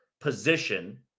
position